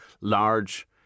large